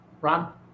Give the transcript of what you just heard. Ron